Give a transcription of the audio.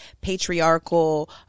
patriarchal